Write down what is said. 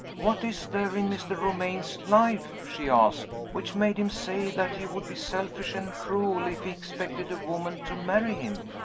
what is there in mr. romayne's life, she asked, which made him say that he would be selfish and cruel if he expected a woman to marry him?